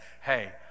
hey